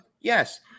Yes